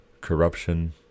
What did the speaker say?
corruption